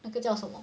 那个叫什么